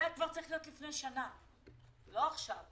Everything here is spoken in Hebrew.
זה היה צריך להיות לפני שנה, לא עכשיו.